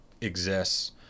exists